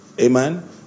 Amen